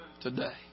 today